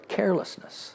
carelessness